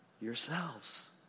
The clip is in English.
Yourselves